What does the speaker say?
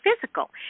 physical